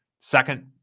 second